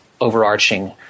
overarching